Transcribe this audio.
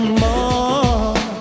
more